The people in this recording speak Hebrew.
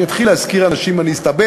אם אני אתחיל להזכיר אנשים אני אסתבך,